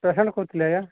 patient କହୁଥିଲି ଆଜ୍ଞା